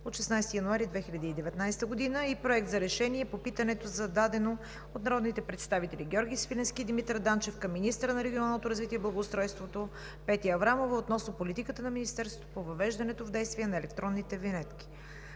от 16 януари 2019 г. и Проект за решение по питането, зададено от народните представители Георги Свиленски и Димитър Данчев към министъра на регионалното развитие и благоустройството Петя Аврамова относно политиката на Министерството по въвеждането в действие на електронните винетки.